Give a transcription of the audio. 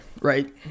right